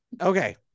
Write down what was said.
okay